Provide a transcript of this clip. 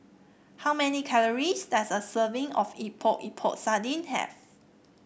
how many calories does a serving of Epok Epok Sardin have